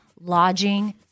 lodging